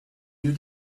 you